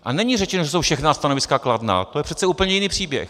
A není řečeno, že jsou všechna stanoviska kladná, to je přece úplně jiný příběh.